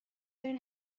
دارین